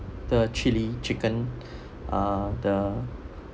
the chilli chicken uh the